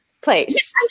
place